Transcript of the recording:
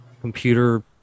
computer